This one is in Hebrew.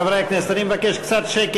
חברי הכנסת אני מבקש קצת שקט,